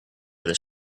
this